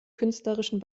künstlerischen